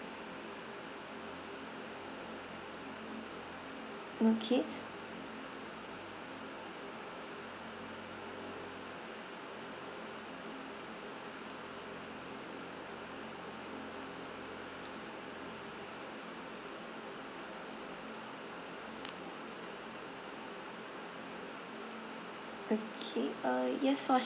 okay okay uh yes for